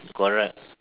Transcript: correct